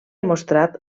mostrat